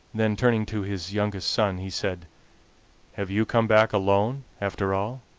then turning to his youngest son he said have you come back alone, after all?